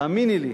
תאמיני לי.